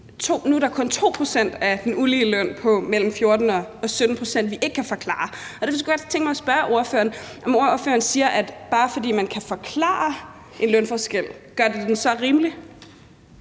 nu kun er 2 pct. af den ulige løn på 14-17 pct., vi ikke kan forklare. Jeg kunne godt tænke mig at spørge ordføreren om noget. Ordføreren siger, at bare fordi man kan forklare en lønforskel, gør den den så rimelig?